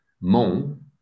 mon